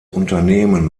unternehmen